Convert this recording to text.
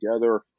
together